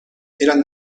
eran